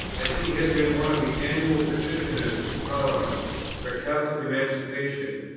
as he had been one of the annual petitioners to parliament for catholic emancipation,